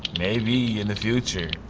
maybe in the future,